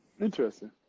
Interesting